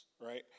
right